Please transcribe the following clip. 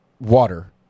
water